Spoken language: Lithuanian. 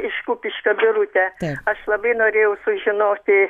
iš kupiškio birutė ir aš labai norėjau sužinoti